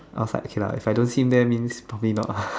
I was like okay if I don't see him there then probably not lah